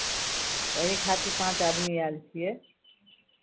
ओही खातिर पाँच आदमी आयल छियै